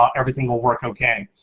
ah everything will work okay.